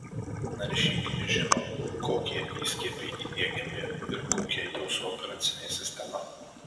naršyklė žino kokie įskiepiai įdiegiami ir kokia jūsų operacinė sistema